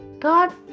God